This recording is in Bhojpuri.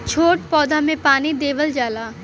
छोट पौधा में पानी देवल जाला